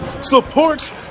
support